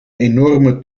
enorme